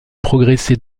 progresser